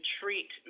treat